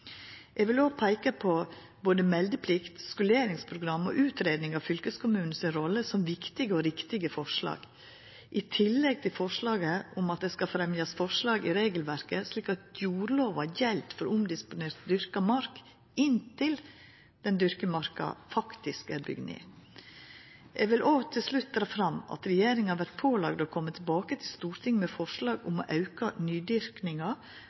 Eg vil òg peika på både meldeplikt, skoleringsprogram og utgreiing av fylkeskommunen si rolle som viktige og riktige forslag, i tillegg til forslaget om at det skal fremjast forslag i regelverket slik at jordlova gjeld for omdisponert dyrka mark inntil den dyrka marka faktisk er bygd ned. Eg vil òg til slutt bera fram at regjeringa vert pålagd å koma tilbake til Stortinget med forslag